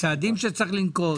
הצעדים שצריך לנקוט,